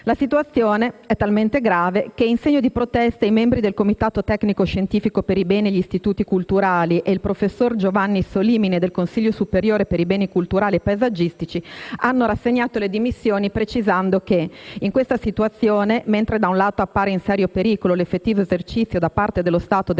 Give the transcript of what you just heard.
La situazione è talmente grave che in segno di protesta i membri del comitato tecnico-scientifico per i beni e gli istituti culturali e il professore Giovanni Solimine del Consiglio superiore per i beni culturali e paesaggistici hanno rassegnato le dimissioni precisando che in questa situazione, mentre da un lato appare in serio pericolo l'effettivo esercizio da parte dello Stato delle